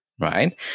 right